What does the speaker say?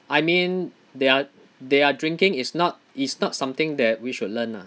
I mean their their drinking is not is not something that we should learn ah